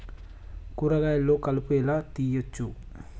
కూరగాయలలో కలుపు ఎలా తీయచ్చు?